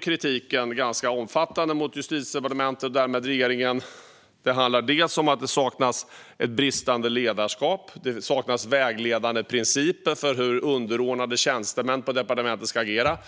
Kritiken är ganska omfattande mot Justitiedepartementet och därmed regeringen. Det handlar om ett bristande ledarskap. Det saknas vägledande principer för hur underordnade tjänstemän på departementet ska agera.